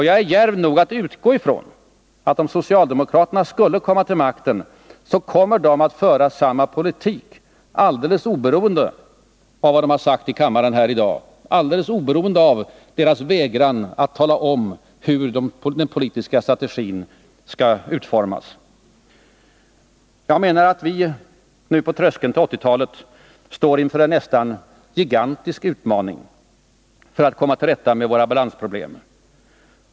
Jag är djärv nog att utgå från att socialdemokraterna, om de skulle komma till makten, skulle föra samma politik, alldeles oberoende av vad de sagt i kammaren i dag och av deras vägran att tala om hur den politiska strategin skall utformas. Jag menar att vi nu, på tröskeln till 1980-talet, står inför en nästan gigantisk utmaning när det gäller att komma till rätta med våra balansproblem.